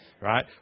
Right